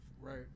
Right